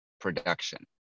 production